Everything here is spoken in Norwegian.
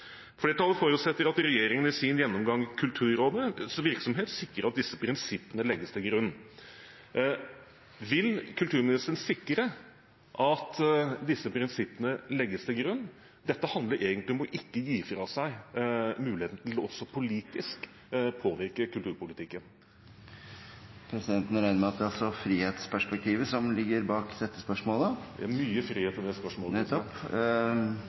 Flertallet forutsetter at regjeringen i sin gjennomgang av kulturrådets virksomhet sikrer at disse prinsippene legges til grunn.» Vil kulturministeren sikre at disse prinsippene legges til grunn? Dette handler egentlig om ikke å gi fra seg muligheten til også politisk å påvirke kulturpolitikken. Presidenten regner med at det er frihetsperspektivet som ligger bak dette spørsmålet. Det er mye frihet i det spørsmålet. Nettopp.